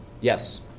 yes